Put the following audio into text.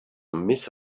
miss